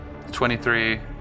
23